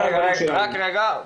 רק רגע,